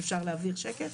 אפשר להעביר שקף.